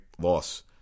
loss